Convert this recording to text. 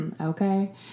Okay